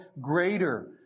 greater